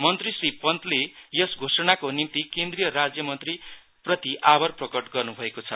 मन्त्री श्री पन्तले यस घोषणाको निम्ति केन्द्रित राज्य मन्त्रीप्रति आभार प्रकार गर्नु भएको छ